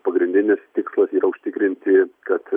pagrindinis tikslas yra užtikrinti kad